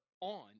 on